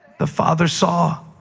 the father saw.